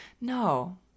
No